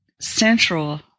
central